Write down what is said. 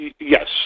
Yes